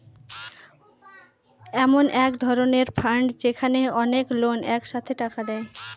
এমন এক ধরনের ফান্ড যেখানে অনেক লোক এক সাথে টাকা দেয়